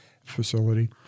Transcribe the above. facility